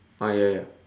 ah ya ya